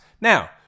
Now